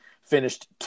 finished